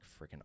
freaking